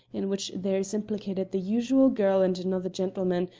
in which there is implicated the usual girl and another gentleman,